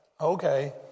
Okay